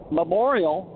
memorial